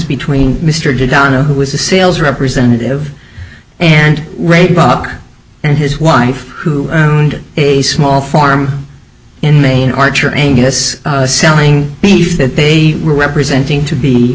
between mr downer who was a sales representative and ray buck and his wife who did a small farm in maine archer angus selling beef that they were representing t